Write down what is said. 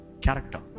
Character